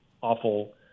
awful